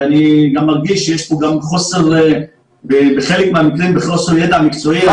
ואני גם מרגיש שיש פה בחלק מהמקרים חוסר ידע מקצועי -- חד-משמעי.